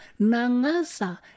nangasa